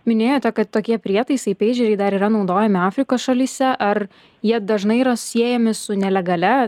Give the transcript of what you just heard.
minėjote kad tokie prietaisai peidžeriai dar yra naudojami afrikos šalyse ar jie dažnai yra siejami su nelegalia